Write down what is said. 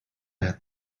have